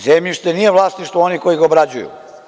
Zemljište nije vlasništvo onih koji ga obrađuju.